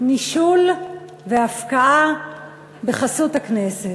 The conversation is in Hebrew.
נישול והפקעה בחסות הכנסת,